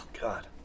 God